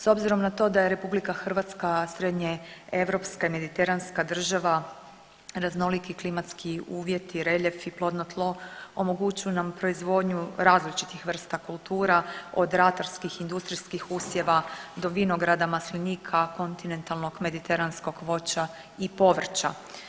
S obzirom na to da je Republika Hrvatska srednje europska i mediteranska država raznoliki klimatski uvjeti, reljef i plodno tlo omogućuju nam proizvodnju različitih vrsta kultura od ratarskih industrijskih usjeva do vinograda, maslinika, kontinentalnog i mediteranskog voća i povrća.